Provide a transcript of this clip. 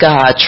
God